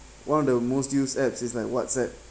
one of the most used apps is like whatsapp